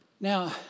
Now